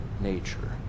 nature